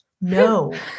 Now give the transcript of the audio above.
No